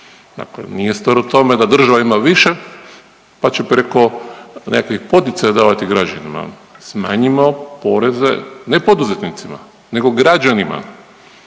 nije stvar u tome da država ima više, pa će preko nekih poticaja davati građanima. Smanjimo poreze ne poduzetnicima, nego građanima.